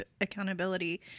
accountability